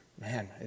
man